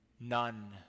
None